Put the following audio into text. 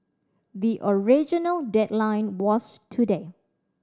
the original deadline was today